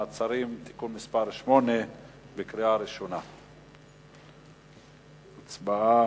מעצרים) (תיקון מס' 8). הצבעה.